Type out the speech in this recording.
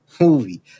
movie